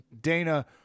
Dana